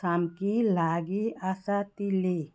सामकी लागीं आसा ती लेक